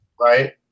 Right